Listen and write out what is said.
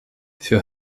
für